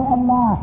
Allah